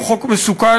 הוא חוק מסוכן,